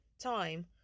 time